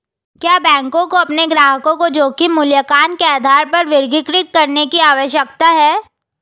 क्या बैंकों को अपने ग्राहकों को जोखिम मूल्यांकन के आधार पर वर्गीकृत करने की आवश्यकता है?